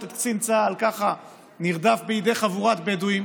את קצין צה"ל נרדף בידי חבורת בדואים,